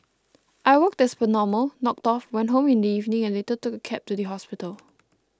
I worked as per normal knocked off went home in the evening and later took a cab to the hospital